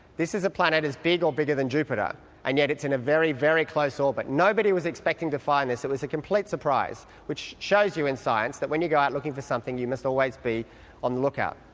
this is a planet as big as bigger than jupiter and yet it's in a very, very close orbit. nobody was expecting to find this, it was a complete surprise, which shows you in science that when you go out looking for something you must always be on the lookout.